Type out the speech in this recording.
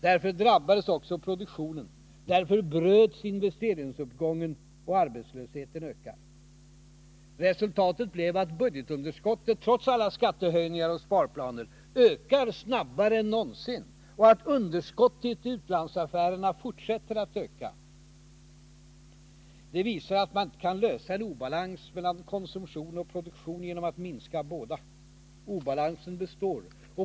Därför drabbades också produktionen, därför bröts investeringsuppgången, och arbetslösheten stiger. Resultatet blev att budgetunderskottet, trots alla skattehöjningar och sparplaner, ökar snabbare än någonsin och att även underskottet i utlandsaffärerna fortsätter att öka. Det visar att man inte kan rätta till en obalans mellan konsumtion och produktion genom att minska båda. Obalansen består.